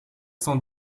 cent